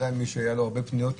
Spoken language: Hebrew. ודאי מי שהיו לו הרבה פניות,